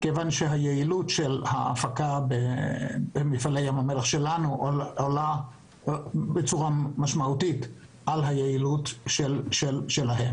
יעילות ההפקה בצד שלנו עולה בצורה המשמעותית על זו שבצד הירדני.